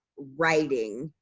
writing.